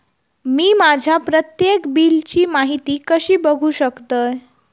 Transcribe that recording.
मी माझ्या प्रत्येक बिलची माहिती कशी बघू शकतय?